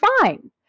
fine